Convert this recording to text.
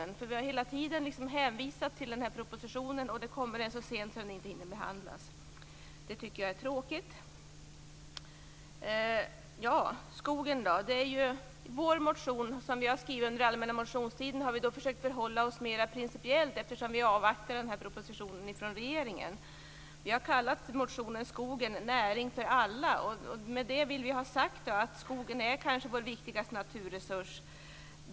Vi har ju hela tiden hänvisat till propositionen, och nu kommer den så sent att den inte hinner behandlas. Det tycker jag är tråkigt. När det gäller skogen har vi i vår motion som vi har skrivit under allmänna motionstiden försökt ha en mer principiell hållning eftersom vi avvaktar propositionen från regeringen. Vi har kallat motionen Skogen - näring för alla. Med det vill vi ha sagt att skogen kanske är vår viktigaste naturresurs.